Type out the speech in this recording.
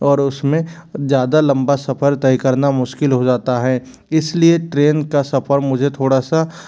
और उसमें ज़्यादा लम्बा सफ़र तय करना मुश्किल हो जाता है इसलिए ट्रेन का सफ़र मुझे थोड़ा सा